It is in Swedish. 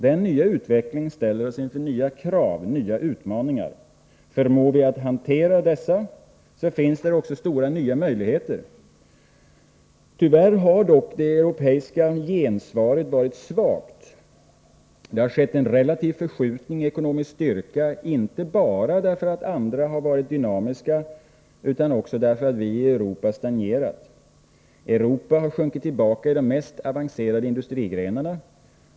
Den nya utvecklingen ställer oss inför nya krav, nya utmaningar. Förmår vi hantera dessa finns där också stora nya möjligheter. Tyvärr har dock det europeiska gensvaret varit svagt. Det har skett en relativ förskjutning i ekonomisk styrka, inte bara därför att andra varit dynamiska utan också därför att vi i Europa har stagnerat. Europa har sjunkit tillbaka i de mest avancerade industrigrenarna.